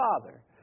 Father